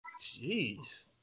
Jeez